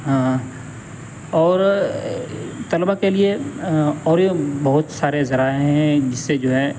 اور طلبا کے لیے اور بہت سارے ذرائع ہیں جس سے جو ہے